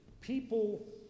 people